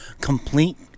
complete